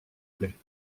plaît